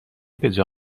بهجا